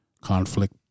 Conflict